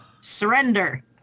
surrender